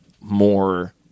more